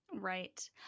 Right